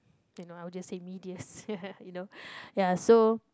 you know I will just say medias you know ya so